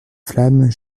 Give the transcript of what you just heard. flammes